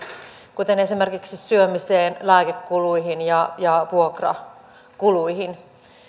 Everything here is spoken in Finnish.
kuten esimerkiksi syömiseen lääkekuluihin ja ja vuokrakuluihin